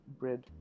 bread